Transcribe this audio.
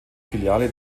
filiale